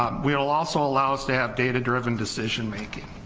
um will also allow us to have data driven decision making